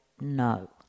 no